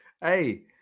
Hey